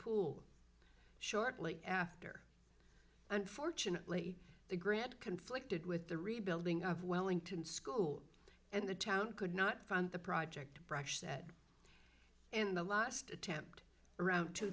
pool shortly after unfortunately the grant conflicted with the rebuilding of wellington school and the town could not fund the project brush said in the last attempt around two